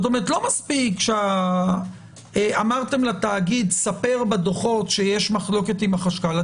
כלומר לא מספיק שאמרתם לתאגיד ספר בדוחות שיש מחלוקת עם החשכ"ל.